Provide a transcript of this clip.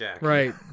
Right